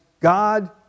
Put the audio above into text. God